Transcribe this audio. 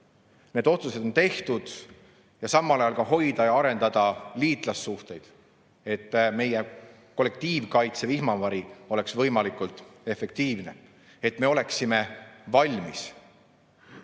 Need otsused on tehtud. Samal ajal tuleb hoida ja arendada liitlassuhteid, et meie kollektiivkaitse vihmavari oleks võimalikult efektiivne, et me oleksime valmis.